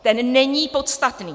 Ten není podstatný.